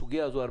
בסוגיה הזו,